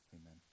Amen